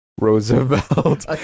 roosevelt